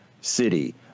City